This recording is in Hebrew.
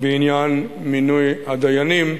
בעניין מינוי הדיינים,